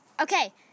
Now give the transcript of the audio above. Okay